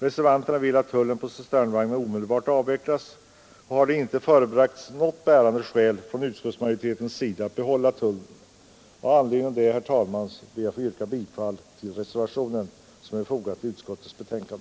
Reservanterna vill att tullen på cisternvagnar omedelbart avvecklas, och utskottsmajoriteten har inte förebragt något bärande skäl för att tullen skall behållas. Med anledning av det, herr talman, ber jag att få yrka bifall till den reservation som är fogad till